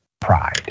pride